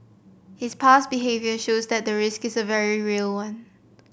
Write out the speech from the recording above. his past behaviour shows that the risk is a very real one